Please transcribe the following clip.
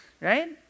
right